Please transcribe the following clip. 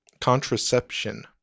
contraception